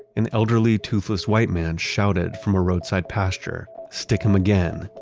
an elderly toothless white man shouted from a roadside pasture, stick them again.